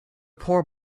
poor